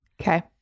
Okay